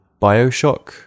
Bioshock